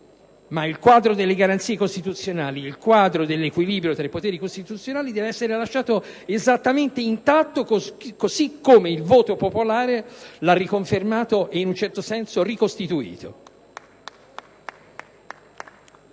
Ma il quadro delle garanzie costituzionali, il quadro dell'equilibrio tra i poteri costituzionali deve essere lasciato esattamente intatto, così come il voto popolare l'ha riconfermato e in un certo senso ricostituito.